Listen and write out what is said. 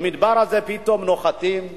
במדבר הזה פתאום נוחתים חיילים,